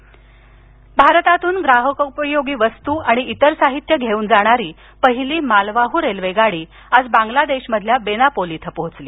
railway भारतातून ग्राहकोपयोगी वस्तू आणि इतर साहित्य घेऊन जाणारी पहिली मालवाहू रेल्वेगाडी आज बांगलादेशमधील बेनापोल इथं पोहोचली